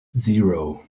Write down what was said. zero